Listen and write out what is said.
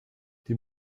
die